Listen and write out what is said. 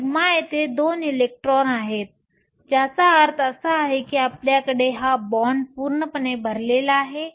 σ येथे दोन इलेक्ट्रॉन आहेत ज्याचा अर्थ असा आहे की आपल्याकडे हा बॅण्ड पूर्णपणे भरलेला आहे